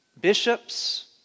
bishops